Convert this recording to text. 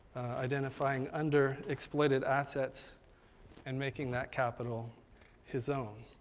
identifying under-exploited assets and making that capital his own.